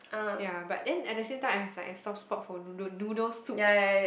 ya but then at the same time I have like a soft spot for noodle noodle soups